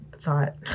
thought